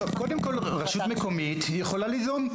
קודם כל, רשות מקומית יכולה ליזום.